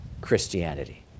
Christianity